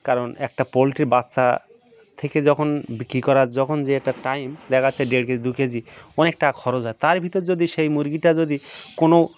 কারণ একটা পোলট্রির বাচ্চা থেকে যখন বিক্রি করার যখন যে একটা টাইম দেখা যাচ্ছে দেড় কে জি দু কে জি অনেক টাকা খরচ হয় তার ভিতর যদি সেই মুরগিটা যদি কোনো